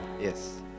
yes